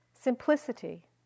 simplicity